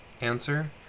Answer